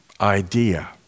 idea